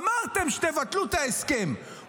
אמרתם שתבטלו את ההסכם,